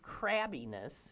crabbiness